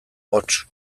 hots